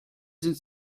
sind